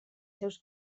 seus